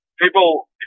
people